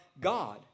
God